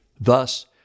Thus